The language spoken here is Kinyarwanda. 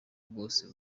bwose